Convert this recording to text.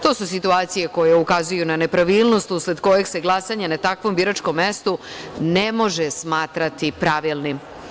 To su situacije koje ukazuju na nepravilnost usled kojeg se glasanje na takvom biračkom mestu ne može smatrati pravilnim.